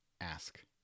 ask